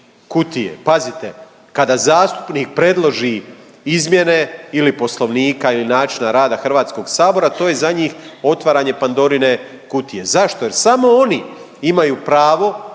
Pazite kada zastupnik predloži izmjene ili Poslovnika ili načina rada Hrvatskog sabora to je za njih otvaranje Pandorine kutije. Zašto? Jer samo oni imaju pravo